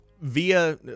via